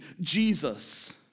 Jesus